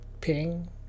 Ping